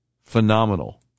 phenomenal